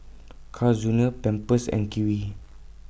Carl's Junior Pampers and Kiwi